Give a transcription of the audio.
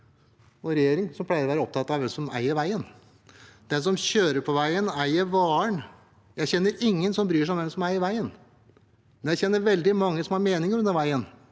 og regjeringer som pleier å være opptatt av hvem som eier veien. Den som kjører på veien, eier varen. Jeg kjenner ingen som bryr seg om hvem som eier veien, men jeg kjenner veldig mange som har meninger om veiene